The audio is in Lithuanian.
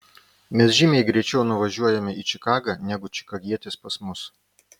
mes žymiai greičiau nuvažiuojame į čikagą negu čikagietis pas mus